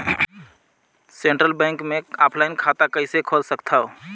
Central Bank मे offline खाता कइसे खोल सकथव?